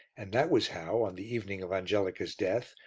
and that was how, on the evening of angelica's death,